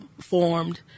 formed